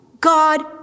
God